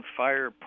fire